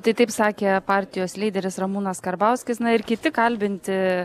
tai taip sakė partijos lyderis ramūnas karbauskis ir kiti kalbinti